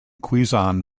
quezon